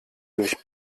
durch